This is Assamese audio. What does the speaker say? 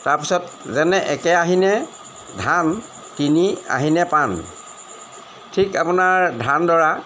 তাৰপিছত যেনে একে আহিনে ধান তিনি আহিনে পান ঠিক আপোনাৰ ধান দৰা